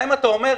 גם אם אתה אומר,